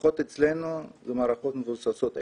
לפחות אצלנו זה מערכות מבוססות XP,